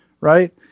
right